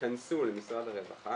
ייכנסו למשרד הרווחה,